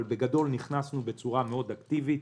אבל בגדול נכנסנו בצורה מאוד אקטיבית,